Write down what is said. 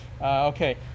Okay